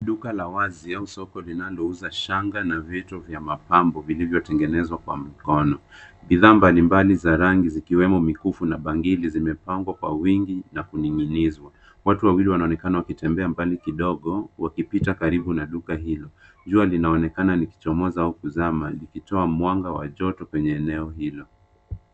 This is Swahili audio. Duka la wazi la soko linauza shanga na vito vya mapambo vilivyotengenezwa kwa mkono. Meza imejaa mapambo ya rangi mbalimbali kama vile mikufu na bangili, zilizopangwa kwa wingi na kuvutia macho. Kwa mbali, kuna watu wachache wanaoonekana wakitembea karibu na duka hilo, wakipita kwa utulivu. Jua linaonekana likichomoza, likiangazia eneo hilo kwa mwanga wa joto, na kuifanya mandhari iwe ya kupendeza zaidi.